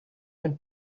went